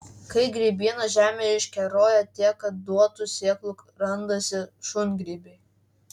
kai grybiena žemėje iškeroja tiek kad duotų sėklų randasi šungrybiai